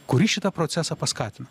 kuris šitą procesą paskatino